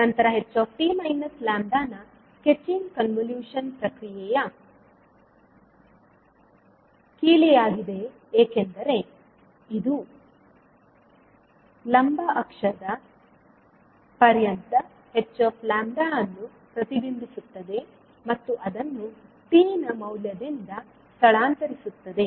ನಂತರ ℎ𝑡 − 𝜆 ನ sketching convolution ಪ್ರಕ್ರಿಯೆಯ ಕೀಲಿಯಾಗಿದೆ ಏಕೆಂದರೆ ಇದು ಲಂಬ ಅಕ್ಷದ ಪರ್ಯಂತ ℎ𝜆 ಅನ್ನು ಪ್ರತಿಬಿಂಬಿಸುತ್ತದೆ ಮತ್ತು ಅದನ್ನು 𝑡 ನ ಮೌಲ್ಯದಿಂದ ಸ್ಥಳಾಂತರಿಸುತ್ತದೆ